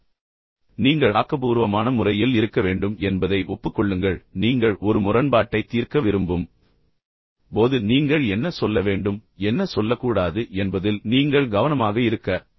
இப்போது நீங்கள் ஆக்கபூர்வமான முறையில் இருக்க வேண்டும் என்பதை ஒப்புக்கொள்ளுங்கள் ஆக்கபூர்வமான மனநிலை நீங்கள் ஒரு முரண்பாட்டைத் தீர்க்க விரும்பும் போது நீங்கள் என்ன சொல்ல வேண்டும் என்ன சொல்ல கூடாது என்பதில் நீங்கள் கவனமாக இருக்க வேண்டும்